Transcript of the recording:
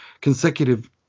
consecutive